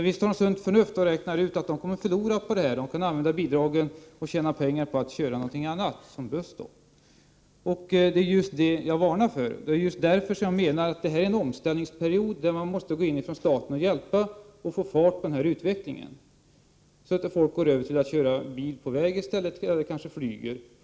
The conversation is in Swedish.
Visst har man sunt förnuft och kan räkna ut att man kommer att förlora på det här. Bidragen skulle kunna användas till annat, t.ex. buss. Det är just det som jag varnar för. Jag menar att det här är fråga om en omställning då staten måste gå in och hjälpa till, så att det blir fart på utvecklingen och så att folk inte börja köra bil i stället eller tar flyget.